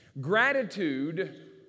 Gratitude